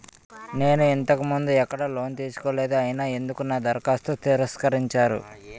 నేను ఇంతకు ముందు ఎక్కడ లోన్ తీసుకోలేదు అయినా ఎందుకు నా దరఖాస్తును తిరస్కరించారు?